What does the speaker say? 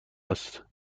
است